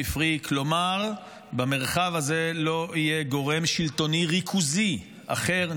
כלומר, במרחב הזה לא יהיה גורם שלטוני ריכוזי אחר.